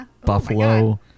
buffalo